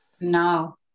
No